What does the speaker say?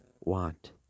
want